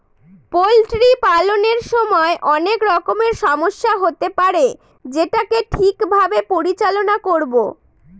poultry পালনের সময় অনেক রকমের সমস্যা হতে পারে যেটাকে ঠিক ভাবে পরিচালনা করবো